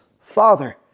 father